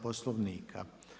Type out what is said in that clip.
Poslovnika.